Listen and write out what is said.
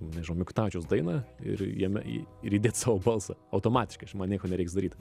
nežinau mikutavičiaus dainą ir jame į ir įdėt savo balsą automatiškai čia man nieko nereiks daryt